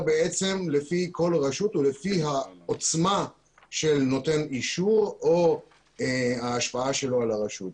בעצם לפי כל רשות ולפי העוצמה של נותן אישור או ההשפעה שלו על הרשות.